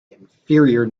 inferior